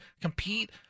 compete